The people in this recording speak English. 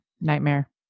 Nightmare